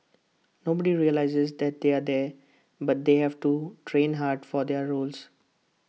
nobody realises that they're there but they have to train hard for their roles